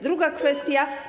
Druga kwestia.